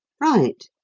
right,